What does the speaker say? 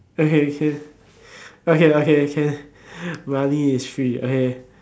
okay can okay okay can money is free okay